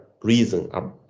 reason